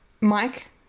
Mike